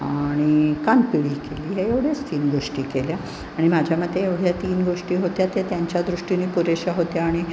आणि कानपिळी केली हे एवढ्याच तीन गोष्टी केल्या आणि माझ्या मते एवढ्या तीन गोष्टी होत्या त्या त्यांच्या दृष्टीने पुरेशा होत्या आणि